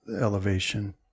elevation